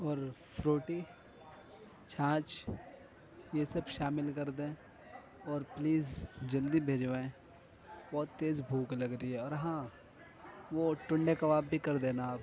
اور فروٹی چھاچھ یہ سب شامل کر دیں اور پلیز جلدی بھجوائیں بہت تیز بھوک لگ رہی ہے اور ہاں وہ ٹنڈے کباب بھی کر دینا آپ